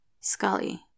Scully